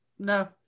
no